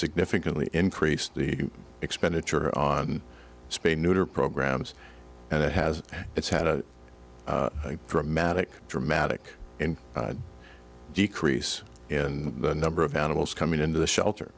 significantly increased the expenditure on spay neuter programs and it has it's had a dramatic dramatic decrease in the number of animals coming into the shelter